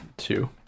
two